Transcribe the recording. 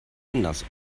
anders